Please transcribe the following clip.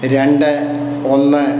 രണ്ട് ഒന്ന്